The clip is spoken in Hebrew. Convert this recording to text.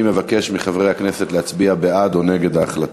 אני מבקש מחברי הכנסת להצביע בעד או נגד ההחלטה.